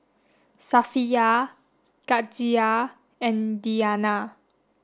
Safiya Khatijah and Diyana